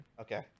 Okay